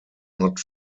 not